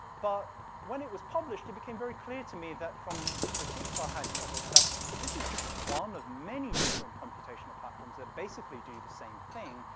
but when it was published, it became very clear to me that from the critiques i had of it, that this was just one of many different computational platforms that basically do the same thing,